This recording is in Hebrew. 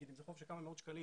אם זה חוב של כמה מאות שקלים,